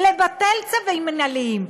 לבטל צווים מינהליים.